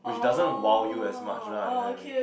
which doesn't !wow! you as much lah you know what I mean